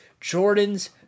Jordan's